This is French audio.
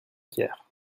pierre